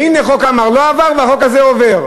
והנה, חוק עמאר לא עבר, והחוק הזה עובר.